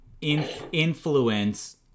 influence